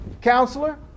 counselor